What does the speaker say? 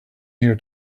here